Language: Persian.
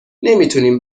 نمیتونیم